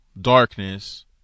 darkness